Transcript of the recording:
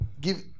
Give